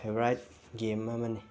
favourite game ꯑꯃꯅꯤ